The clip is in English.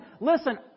Listen